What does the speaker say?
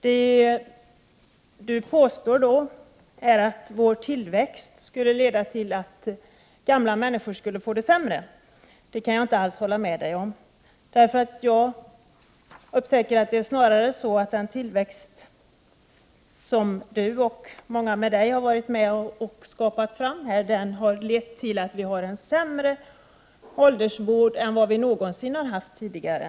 Daniel Tarschys påstår att vår tillväxt skulle leda till att gamla människor skulle få det sämre. Det kan jag inte hålla med om. Jag upptäcker att det snarare är så att den tillväxt som Daniel Tarschys och många andra har skapat fram har lett till en sämre åldringsvård än vad vi någonsin haft tidigare.